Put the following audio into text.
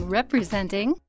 Representing